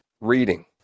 reading